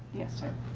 yes sir.